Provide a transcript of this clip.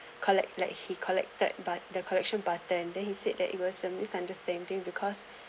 collect like he collected but~ the collection button then he said that it was a misunderstanding because